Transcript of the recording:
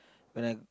when I